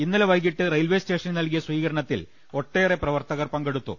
ഇന്നലെ വൈകീട്ട് റെയിൽസ്റ്റേഷനിൽ നൽകിയ സ്വീകരണത്തിൽ ഒട്ടേറെ പ്രവർത്തകർ പങ്കെടുത്തു